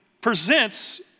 presents